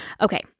Okay